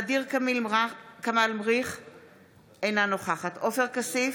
ע'דיר כמאל מריח, אינה נוכחת עופר כסיף,